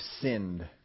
sinned